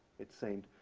it seemed.